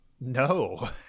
No